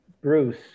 Bruce